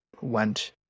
went